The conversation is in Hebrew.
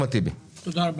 חבר הכנסת טיבי,